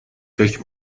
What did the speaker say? فکر